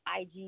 IG